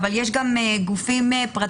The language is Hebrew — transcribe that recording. אבל יש גם גופים פרטיים,